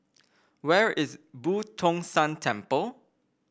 where is Boo Tong San Temple